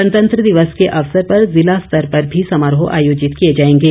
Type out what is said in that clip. गणतंत्र दिवस के अवसर पर ँ जिला स्तर पर समारोह आयोजित किए जाएंगे